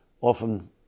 often